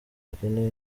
bakeneye